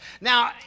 Now